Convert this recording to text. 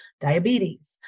diabetes